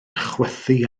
chwythu